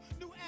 New